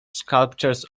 sculptures